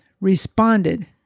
responded